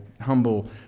humble